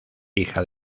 hija